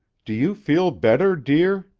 do you feel better, dear?